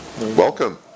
Welcome